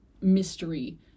mystery